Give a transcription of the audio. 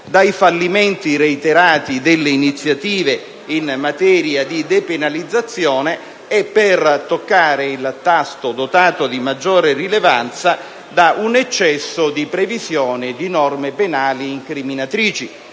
dai fallimenti reiterati delle iniziative in materia di depenalizzazione e, per toccare il tasto di maggiore rilevanza, da un eccesso di previsioni di norme penali incriminatrici.